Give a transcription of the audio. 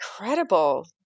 Incredible